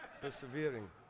persevering